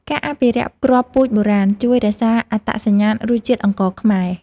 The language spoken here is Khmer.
ការអភិរក្សគ្រាប់ពូជបុរាណ ជួយរក្សាអត្តសញ្ញាណរសជាតិអង្ករខ្មែរ។